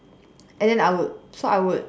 and then I would so I would